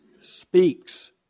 speaks